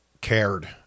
cared